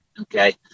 okay